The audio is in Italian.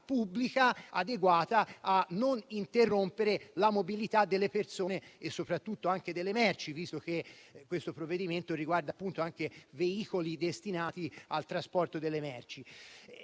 pubblica adeguata a non interrompere la mobilità delle persone e soprattutto delle merci, visto che questo provvedimento riguarda anche i veicoli destinati al trasporto delle merci.